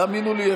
תאמינו לי,